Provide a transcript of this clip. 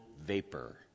vapor